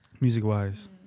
music-wise